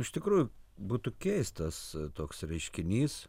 iš tikrųjų būtų keistas toks reiškinys